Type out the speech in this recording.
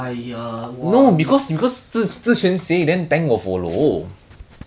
ya see like every other grandmaster that has posted on Reddit